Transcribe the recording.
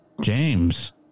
James